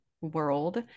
world